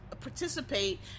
participate